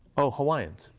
oh, hawaiians,